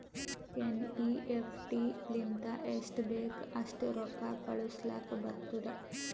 NEFT ಲಿಂತ ಎಸ್ಟ್ ಬೇಕ್ ಅಸ್ಟ್ ರೊಕ್ಕಾ ಕಳುಸ್ಲಾಕ್ ಬರ್ತುದ್